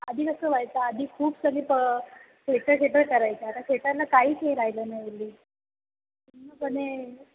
आधी कसं व्हायचं आधी खूप सारे प थेटर थेटर करायचे आता थेटरला काहीच हे राहिलं नाही एवढं पूर्णपणे